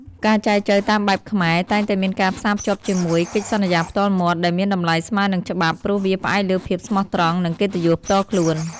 ការចែចូវតាមបែបខ្មែរ តែងតែមានការផ្សារភ្ជាប់ជាមួយ "កិច្ចសន្យាផ្ទាល់មាត់" ដែលមានតម្លៃស្មើនឹងច្បាប់ ព្រោះវាផ្អែកលើភាពស្មោះត្រង់ និងកិត្តិយសផ្ទាល់ខ្លួន។